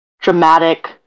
dramatic